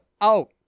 out